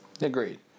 agreed